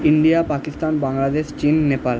India Pakistan Bangladesh চীন নেপাল